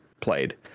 played